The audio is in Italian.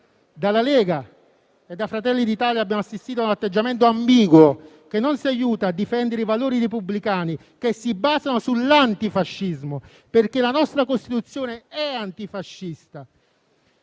Dalla Lega e da Fratelli d'Italia abbiamo assistito a un atteggiamento ambiguo che non ci aiuta a difendere i valori repubblicani che si basano sull'antifascismo, perché la nostra Costituzione è antifascista.